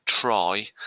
Try